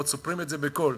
ועוד סופרים את זה בקול?